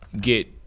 get